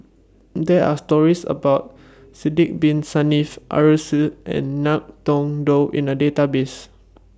There Are stories about Sidek Bin Saniff Arasu and Ngiam Tong Dow in The Database